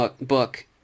book